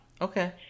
Okay